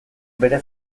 bere